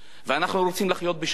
אנחנו רוצים לחיות בשלום